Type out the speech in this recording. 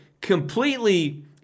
completely